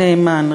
נאמן,